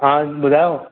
हा ॿुधायो